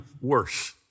worse